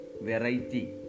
Variety